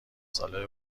ساله